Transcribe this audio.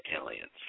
aliens